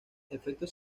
efectos